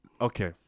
Okay